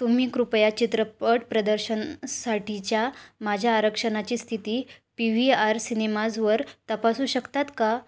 तुम्ही कृपया चित्रपट प्रदर्शनसाठीच्या माझ्या आरक्षणाची स्थिती पी व्ही आर सिनेमाजवर तपासू शकतात का